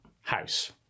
house